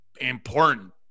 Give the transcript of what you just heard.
important